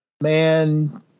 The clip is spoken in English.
man